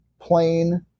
plain